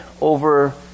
over